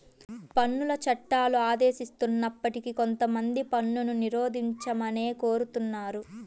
పన్నుల చట్టాలు ఆదేశిస్తున్నప్పటికీ కొంతమంది పన్నును నిరోధించమనే కోరుతున్నారు